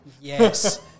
yes